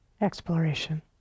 exploration